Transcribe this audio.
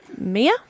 Mia